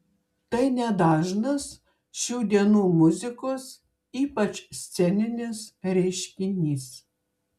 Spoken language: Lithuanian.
tai nedažnas šių dienų muzikos ypač sceninės reiškinys